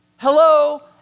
Hello